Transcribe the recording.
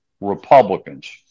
Republicans